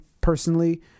personally